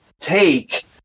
take